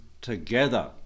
together